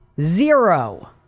Zero